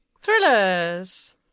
Thrillers